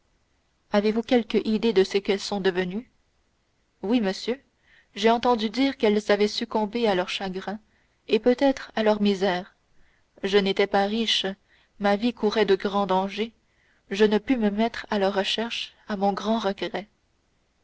avez-vous quelque idée de ce qu'elles sont devenues oui monsieur j'ai entendu dire qu'elles avaient succombé à leur chagrin et peut-être à leur misère je n'étais pas riche ma vie courait de grands dangers je ne pus me mettre à leur recherche à mon grand regret